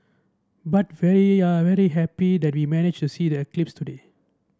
but very very happy that we managed to see the eclipse today